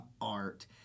art